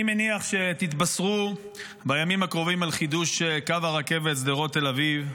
אני מניח שתתבשרו בימים הקרובים על חידוש קו הרכבת שדרות תל אביב.